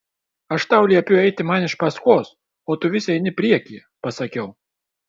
aš tau liepiu eiti man iš paskos o tu vis eini priekyje pasakiau